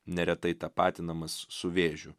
neretai tapatinamas su vėžiu